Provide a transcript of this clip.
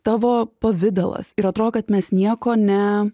tavo pavidalas ir atrodo kad mes nieko ne